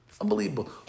Unbelievable